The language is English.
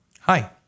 Hi